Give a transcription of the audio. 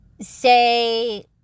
say